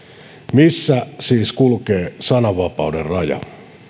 missä siis kulkee sananvapauden raja